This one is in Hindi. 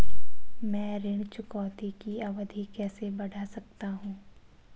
मैं ऋण चुकौती की अवधि कैसे बढ़ा सकता हूं?